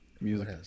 music